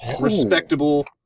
Respectable